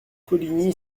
coligny